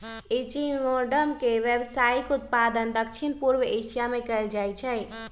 echinoderm के व्यावसायिक उत्पादन दक्षिण पूर्व एशिया में कएल जाइ छइ